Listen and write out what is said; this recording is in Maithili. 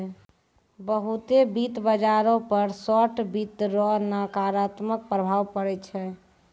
बहुते वित्त बाजारो पर शार्ट वित्त रो नकारात्मक प्रभाव पड़ै छै